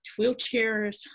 wheelchairs